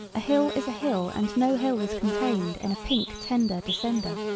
a hill is a hill and no hill is contained in a pink tender descender.